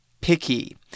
picky